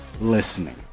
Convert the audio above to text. listening